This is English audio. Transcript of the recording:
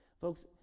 Folks